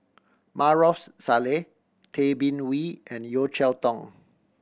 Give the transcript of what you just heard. Maarof Salleh Tay Bin Wee and Yeo Cheow Tong